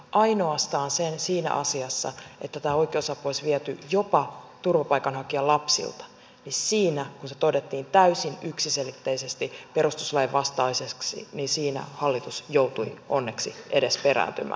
ainoastaan siinä asiassa että tämä oikeusapu olisi viety jopa turvapaikanhakijalapsilta kun se todettiin täysin yksiselitteisesti perustuslain vastaiseksi hallitus joutui onneksi edes siinä perääntymään